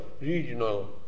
regional